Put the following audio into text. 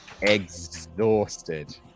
exhausted